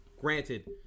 Granted